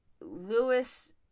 Lewis